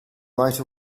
right